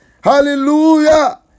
Hallelujah